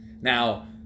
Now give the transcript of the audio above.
Now